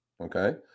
Okay